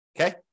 Okay